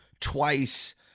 twice